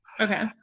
Okay